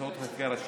באמצעות חקיקה ראשית,